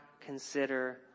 consider